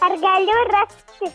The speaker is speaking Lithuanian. ar galiu rasti